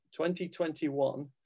2021